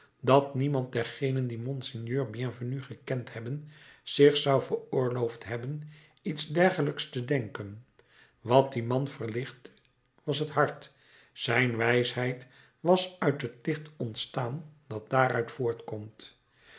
dat niemand dergenen die monseigneur bienvenu gekend hebben zich zou veroorloofd hebben iets dergelijks te denken wat dien man verlichtte was het hart zijn wijsheid was uit het licht ontstaan dat daaruit voortkomt